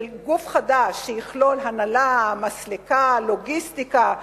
של גוף חדש שיכלול הנהלה, מסלקה, לוגיסטיקה,